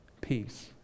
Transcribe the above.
peace